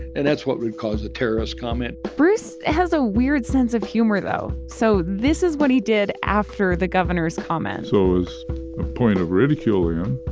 and that's what really caused the terrorist comment bruce has a weird sense of humor, though. so this is what he did after the governor's comment so as a point of ridiculing him,